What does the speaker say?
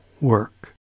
work